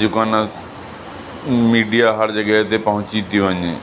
जेको आहे न मीडिया हर जॻहि ते पहुची थी वञे